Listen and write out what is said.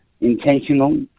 intentional